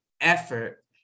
effort